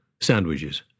Sandwiches